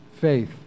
faith